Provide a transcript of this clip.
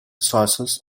sauces